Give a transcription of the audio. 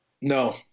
No